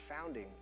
founding